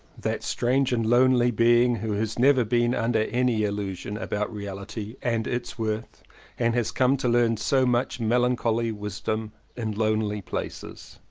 that strange and lonely being, who has never been under any illusion about reality and its worth and has come to learn so much melancholy wisdom in lonely places.